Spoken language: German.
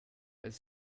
als